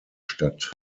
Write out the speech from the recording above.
stadt